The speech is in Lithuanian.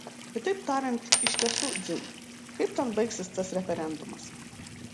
kitaip tariant iš tiesų dzin kaip ten baigsis tas referendumas